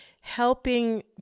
helping